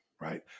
right